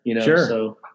sure